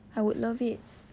I would love it